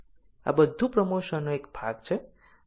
આ બધું પ્રમોશનનો એક ભાગ છે